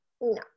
no